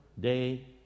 day